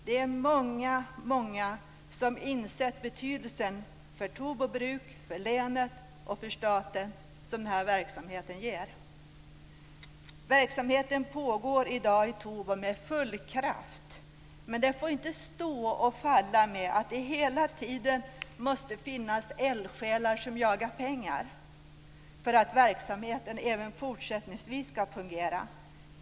Det är många, många som har insett denna verksamhets betydelse för Tobo bruk, för länet och för staten. Verksamheten pågår i dag i Tobo med full kraft, men den får inte stå och falla med att det hela tiden måste finnas eldsjälar som jagar pengar för att verksamheten även fortsättningsvis ska fungera.